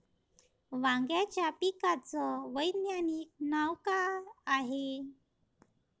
वांग्याच्या पिकाचं वैज्ञानिक नाव का हाये?